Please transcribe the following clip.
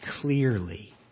clearly